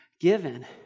given